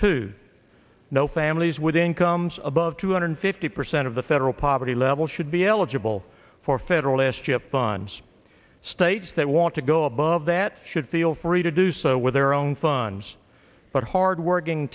to no families with incomes above two hundred fifty percent of the federal poverty level should be eligible for federal s chip funds states that want to go above that should feel free to do so with their own funds but hardworking